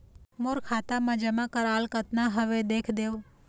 मोर खाता मा जमा कराल कतना हवे देख देव?